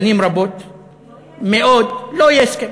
שנים רבות מאוד, לא יהיה הסכם.